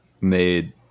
made